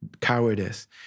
cowardice